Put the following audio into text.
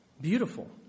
Beautiful